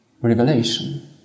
revelation